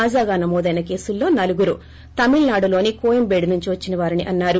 తాజాగా నమోదైన కేసుల్లో నలుగురు తమిళనాడులోని కోయంబేడు నుంచి వచ్చినవారని అన్నారు